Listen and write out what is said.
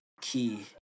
key